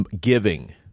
giving